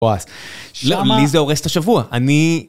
לי זה הורס את השבוע, אני...